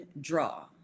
draw